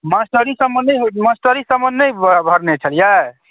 mastery सबमे नहि होय मास्टरी सबमे नहि भरने छलियै